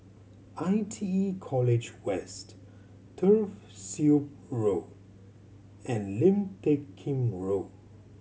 I T E College West Turf Ciub Road and Lim Teck Kim Road